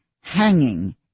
hanging